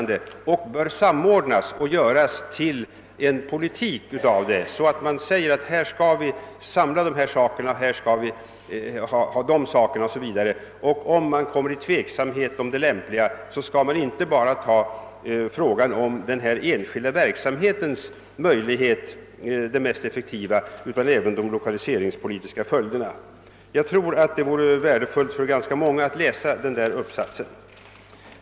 De bör därför samordnas, och vi bör göra politik av dem på så sätt att vi säger att >här skall vi samla dessa aktiviteter, här dessa» osv. Om man tvekar i en fråga skall man inte bara ta hänsyn till vad som är mest effektivt för den enskilda verksamheten utan även beakta de lokaliseringspolitiska följderna. Jag tror det vore värdefullt för ganska många att ta del av professor Hägerstrands uppsats.